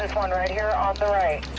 one right here on the right.